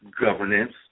governance